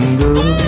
girl